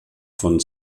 von